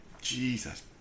Jesus